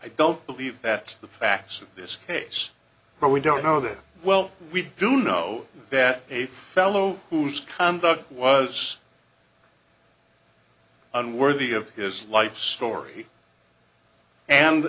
i don't believe that the facts of this case but we don't know that well we do know that a fellow whose conduct was unworthy of his life story and